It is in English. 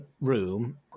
room